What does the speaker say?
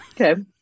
Okay